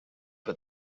but